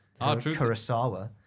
Kurosawa